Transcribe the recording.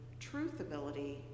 truthability